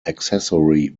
accessory